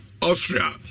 Austria